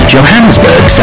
Johannesburg